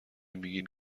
میگین